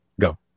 Go